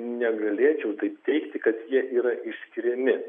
negalėčiau taip teigti kad jie yra išskiriami